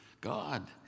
God